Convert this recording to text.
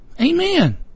Amen